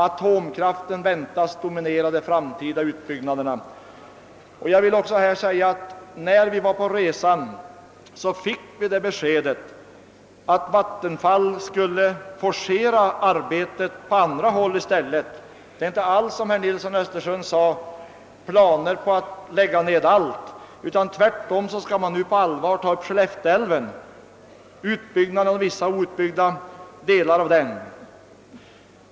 Atomkraften väntas dominera de framtida utbyggnaderna.» Under vår resa fick vi beskedet att Vattenfall skulle forcera arbetet på andra håll i stället. Det finns inte alls, som herr Nilsson i Östersund sade, planer på att lägga ned allt. Tvärtom skall man nu på allvar ta upp utbyggnad av vissa outbyggda delar av Skellefteälven.